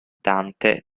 dante